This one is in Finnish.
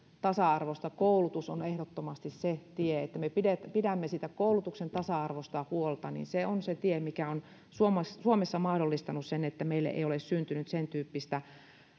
tasa arvosta koulutus on ehdottomasti se tie se että me pidämme pidämme koulutuksen tasa arvosta huolta on se tie mikä on suomessa mahdollistanut sen että meille ei ole syntynyt sen tyyppistä